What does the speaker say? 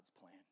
plan